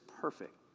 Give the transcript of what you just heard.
perfect